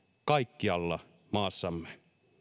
kaikkialla maassamme